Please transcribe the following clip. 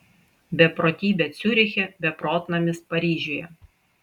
beprotybė ciuriche beprotnamis paryžiuje